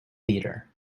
theater